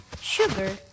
sugar